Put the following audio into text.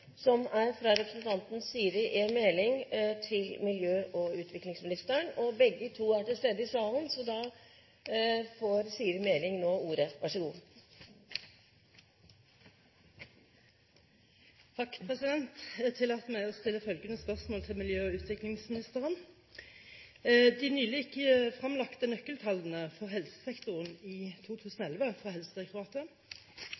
fra representanten Siri A. Meling til miljø- og utviklingsministeren. Begge er til stede i salen, så da får Siri A. Meling ordet. Jeg tillater meg å stille følgende spørsmål til miljø- og utviklingsministeren: «De nylig fremlagte nøkkeltallene for helsesektoren